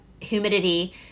humidity